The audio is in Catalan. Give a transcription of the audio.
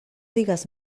digues